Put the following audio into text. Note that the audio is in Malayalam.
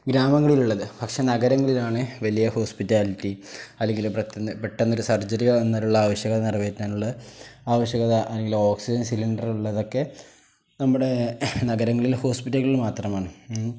ഗ്രാമങ്ങളിലുള്ളത് പക്ഷേ നഗരങ്ങളിലാണ് വലിയ ഹോസ്പിറ്റാലിറ്റി അല്ലെങ്കിൽ പെട്ടെന്നൊരു സർജറികൾ എന്നുള്ള ആവശ്യകത നിറവേറ്റാനുള്ള ആവശ്യകത അല്ലെങ്കിൽ ഓക്സിജൻ സിലിണ്ടർ ഉള്ളതൊക്കെ നമ്മുടെ നഗരങ്ങളിൽ ഹോസ്പിറ്റലുകളിൽ മാത്രമാണ്